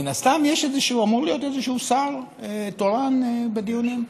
מן הסתם אמור להיות שר תורן בדיונים,